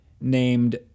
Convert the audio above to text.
named